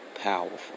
powerful